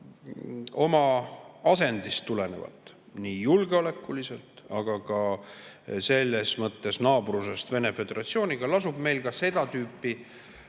oma asendist tulenevalt nii julgeolekuliselt, aga ka muus mõttes naabrusest Vene föderatsiooniga, lasub meil seda tüüpi